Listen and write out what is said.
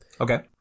Okay